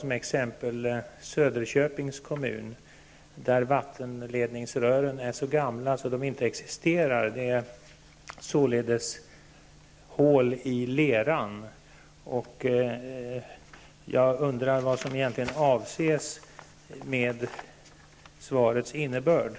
Som exempel kan jag nämna Söderköpings kommun där vattenledningsrören är så gamla att de egentligen inte existerar. Det är således hål i leran. Jag undrar vad som egentligen är innebörden i det avlämnade svaret.